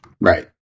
Right